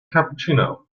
cappuccino